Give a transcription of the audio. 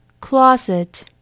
closet